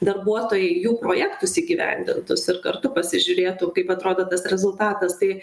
darbuotojai jų projektus įgyvendintus ir kartu pasižiūrėtų kaip atrodo tas rezultatas tai